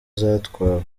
zatwawe